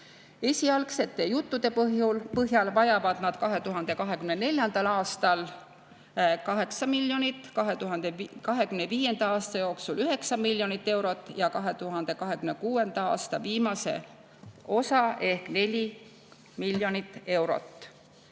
Esialgsete juttude põhjal vajavad nad 2024. aastal 8 miljonit, 2025. aasta jooksul 9 miljonit ja 2026. aastal viimast osa ehk 4 miljonit eurot.